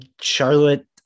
Charlotte